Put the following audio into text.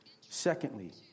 Secondly